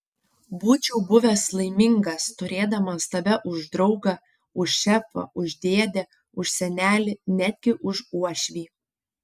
būčiau buvęs laimingas turėdamas tave už draugą už šefą už dėdę už senelį netgi už uošvį